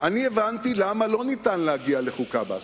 הבנתי למה לא ניתן להגיע לחוקה בהסכמה,